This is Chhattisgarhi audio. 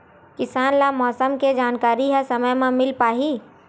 किसान ल मौसम के जानकारी ह समय म मिल पाही?